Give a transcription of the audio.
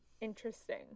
interesting